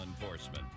enforcement